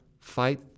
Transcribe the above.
fight